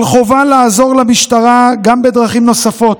אבל חובה לעזור למשטרה גם בדרכים נוספות.